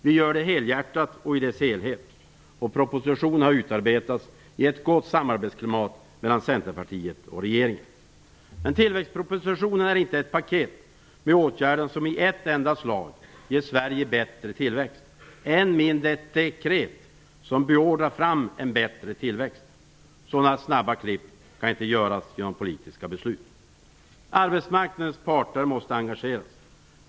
Vi gör det helhjärtat, och det gäller propositionen i dess helhet. Propositionen har utarbetats i ett gott samarbetsklimat mellan Centerpartiet och regeringen. Tillväxtpropositionen är inte ett paket med åtgärder som i ett enda slag ger Sverige bättre tillväxt - än mindre ett dekret som beordrar fram en bättre tillväxt. Sådana snabba klipp kan inte göras genom politiska beslut. Arbetsmarknadens parter måste engageras.